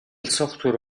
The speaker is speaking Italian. software